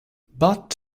but